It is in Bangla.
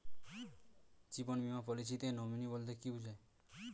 জীবন বীমা পলিসিতে নমিনি বলতে কি বুঝায়?